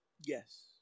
Yes